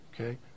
Okay